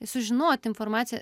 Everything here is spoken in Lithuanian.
sužinoti informaciją